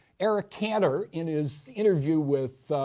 eric cantor, in his interview with